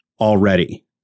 already